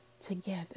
together